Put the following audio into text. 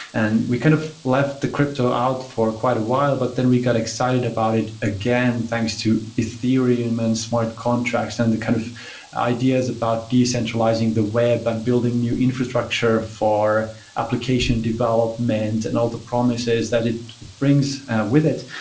and we kind of left the crypto out for quite a while, but then we got excited about it again, thanks to ethereum and smart contracts and the kind of ideas about decentralizing the way but on building new infrastructure for application development and all the promises that it brings with it,